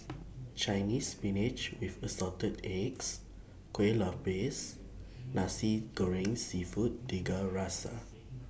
Chinese Spinach with Assorted Eggs Kueh Lopes Nasi Goreng Seafood Tiga Rasa